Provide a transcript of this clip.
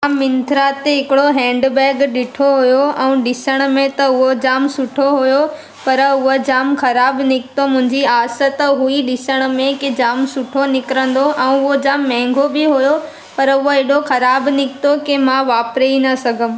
मां मिंत्रा ते हिकिड़ो हैंडबैग ॾिठो हुओ ऐं ॾिसण में त उहो जाम सुठो हुओ पर उहा जाम ख़राबु निकितो मुंहिंजी आस त हुई ॾिसण में की जाम सुठो निकिरंदो ऐं उहो जाम महांगो बि हुओ पर उहा हेॾो ख़राबु निकितो की मां वापरे ई न सघयमि